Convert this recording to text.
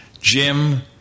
Jim